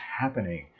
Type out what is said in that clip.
happening